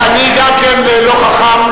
כן לא חכם,